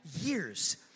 years